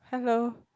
hello